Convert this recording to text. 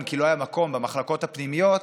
כי לא היה מקום במחלקות הפנימיות,